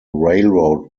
railroad